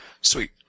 Sweet